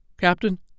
Captain